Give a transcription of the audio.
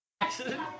accident